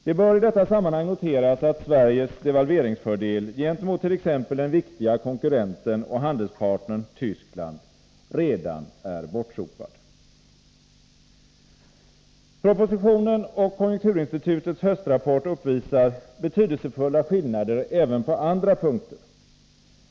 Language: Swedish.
Det bör i detta sammanhang noteras, att Sveriges devalveringsfördel gentemot t.ex. den viktiga konkurrenten och handelspartnern Tyskland redan är bortsopad. Propositionen och konjunkturinstitutets höstrapport uppvisar betydelsefulla skillnader även på andra punkter.